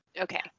Okay